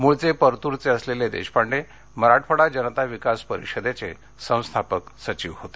मुळचे परतूरचे असलेले देशपांडे मराठवाडा जनता विकास परिषदेचे संस्थापक सचिव होते